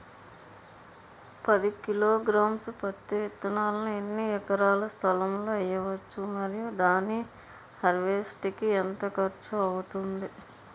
పది కిలోగ్రామ్స్ పత్తి విత్తనాలను ఎన్ని ఎకరాల స్థలం లొ వేయవచ్చు? మరియు దాని హార్వెస్ట్ కి ఎంత ఖర్చు అవుతుంది?